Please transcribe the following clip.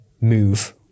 move